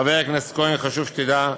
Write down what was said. חבר הכנסת כהן, חשוב שתדע,